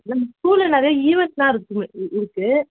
நம்ம ஸ்கூலில் நிறையா ஈவென்ட்ஸுலாம் இருக்குது இருக்குது